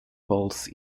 pulse